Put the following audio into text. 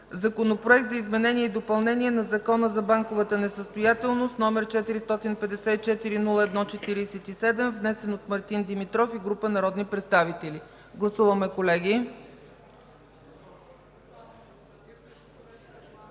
Законопроект за изменение и допълнение на Закона за банковата несъстоятелност, № 454-01-47, внесен от Мартин Димитров и група народни представители. Гласуваме, колеги.